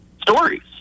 stories